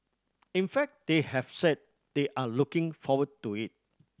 in fact they have said they are looking forward to it